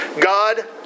God